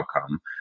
outcome